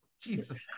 Jesus